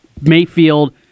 mayfield